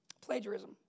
plagiarism